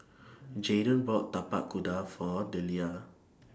Jayden bought Tapak Kuda For Deliah